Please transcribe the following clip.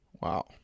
wow